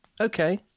okay